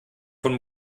von